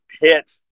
hit